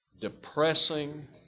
depressing